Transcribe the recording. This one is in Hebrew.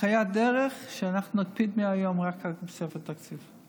הנחיית דרך שאנחנו נקפיד מהיום רק על תוספת תקציב,